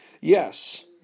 Yes